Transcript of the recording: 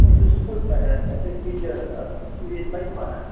أسۍ چھِ سکوٗل پٮ۪ٹھ أسۍ ٲسۍ ٹیٖچَر تۅہہِ چھُو ییٚتہِ بَچہٕ پَران